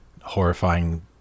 horrifying